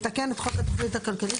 מתקן את חוק התוכנית הכלכלית.